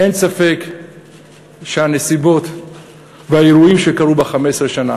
אין ספק שהנסיבות והאירועים שקרו ב-15 שנה,